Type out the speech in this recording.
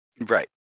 Right